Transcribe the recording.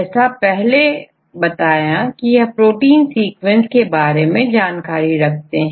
जैसा पहले हमने जाना कि यह प्रोटीन सीक्वेंसेस के बारे में जानकारी रखते हैं